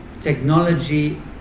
technology